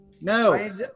No